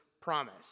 promise